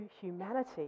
humanity